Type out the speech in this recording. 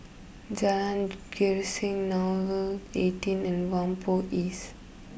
Jalan Grisek Nouvel eighteen and Whampoa East